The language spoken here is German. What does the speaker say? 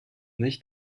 nicht